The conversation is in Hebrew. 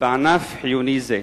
בענף חיוני זה?